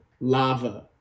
lava